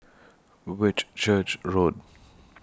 Whitchurch Road